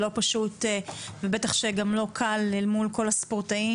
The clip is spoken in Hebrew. זה לא פשוט ובטח שגם לא קל אל מול הספורטאים,